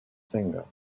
singer